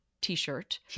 T-shirt